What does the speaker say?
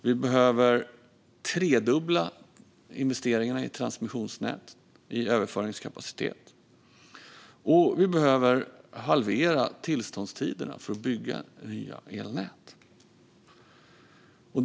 Vi behöver tredubbla investeringarna i transmissionsnät i överföringskapacitet, och vi behöver halvera tillståndstiderna för att bygga nya elnät.